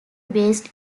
based